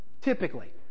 Typically